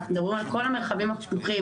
אנחנו מדברים על כל המרחבים הפתוחים,